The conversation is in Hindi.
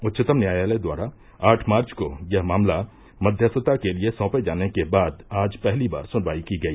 उच्चतम न्यायालय द्वारा आठ मार्च को यह मामला मक्यस्थता के लिए सौंपे जाने के बाद आज पहली बार सुनवाई की गई